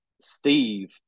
steve